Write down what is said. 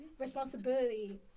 responsibility